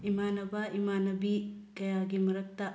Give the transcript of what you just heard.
ꯏꯃꯥꯟꯅꯕ ꯏꯃꯥꯟꯅꯕꯤ ꯀꯌꯥꯒꯤ ꯃꯔꯛꯇ